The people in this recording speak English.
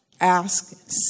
Ask